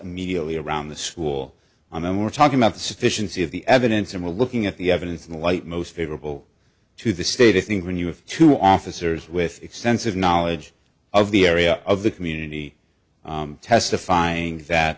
immediately around the school and we're talking about the sufficiency of the evidence and we're looking at the evidence in the light most favorable to the state i think when you have two officers with extensive knowledge of the area of the community testifying that